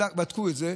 בדקו את זה.